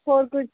ਹੋਰ ਕੁਛ